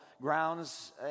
grounds